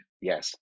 Yes